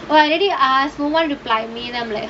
well I did he ask me wanted reply me them